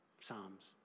Psalms